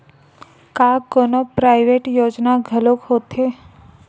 का कोनो प्राइवेट योजना घलोक होथे?